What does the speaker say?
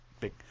big